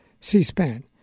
C-SPAN